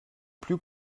plus